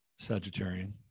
Sagittarian